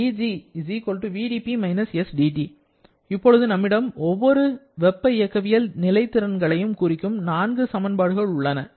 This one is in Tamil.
dG VdP − SdT இப்போது நம்மிடம் ஒவ்வொரு வெப்ப இயக்கவியல் நிலை திறன்களையும் குறிக்கும் நான்கு சமன்பாடுகள் உள்ளன